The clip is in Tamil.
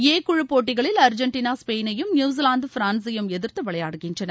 ஏ குழு போட்டிகளில் அர்ஜென்ட்டினா ஸ்பெயினையும் நியுசிலாந்து பிரான்ஸையும் எதிர்த்து விளையாடுகின்றன